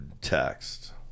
text